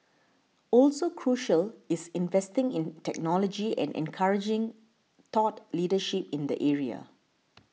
also crucial is investing in technology and encouraging thought leadership in the area